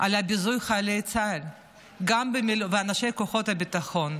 על ביזוי חיילי צה"ל ואנשי כוחות הביטחון,